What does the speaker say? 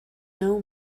know